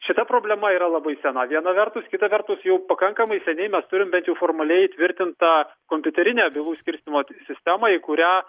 šita problema yra labai sena viena vertus kita vertus jau pakankamai seniai neturim bet jau formaliai įtvirtintą kompiuterinę bylų skirstymo sistemą į kurią